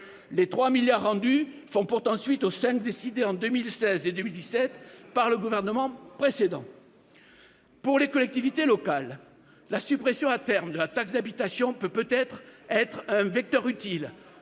Les 3 milliards d'euros rendus font pourtant suite aux 5 milliards d'euros décidés en 2016 et 2017 par le gouvernement précédent. Pour les collectivités locales, la suppression à terme de la taxe d'habitation peut pourtant être un vecteur utile